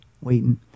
waiting